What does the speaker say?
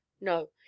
No